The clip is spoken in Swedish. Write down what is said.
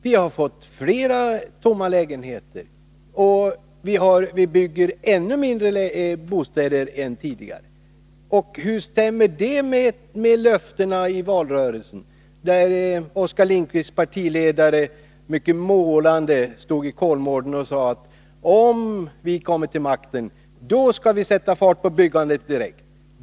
Vi har fått fler tomma lägenheter, och vi bygger ännu färre bostäder än tidigare. Hur stämmer det med löftena i valrörelsen? Oskar Lindkvists partiledare stod då i Kolmården och sade, mycket målande: Om vi kommer till makten, skall vi direkt sätta fart på byggandet.